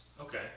Okay